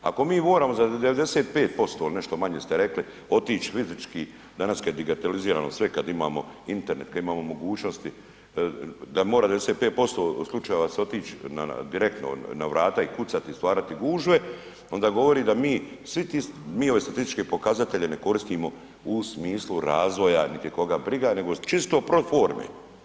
Ako mi moramo za 95% ili nešto manje ste rekli, otići fizički, danas kad je digitalizirano sve, kad imamo internet, kad imamo mogućnosti, da mora 95% slučajeva se otići direktno na vrata i kucati i stvarati gužve, onda govori da mi svi ti, mi ove statističke pokazatelje ne koristimo u smislu razvoja niti koga briga, nego čisto pro forme.